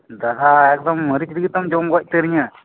ᱰᱟᱦᱟ ᱮᱠᱫᱚᱢ ᱢᱟᱹᱨᱤᱪ ᱨᱮᱜᱮ ᱛᱚᱢ ᱡᱚᱢ ᱜᱚᱡ ᱩᱛᱟᱹᱨᱤᱧᱟᱹ